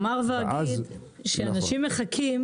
אומר ואגיד שאנשים מחכים